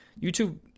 YouTube